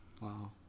Wow